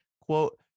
quote